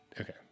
Okay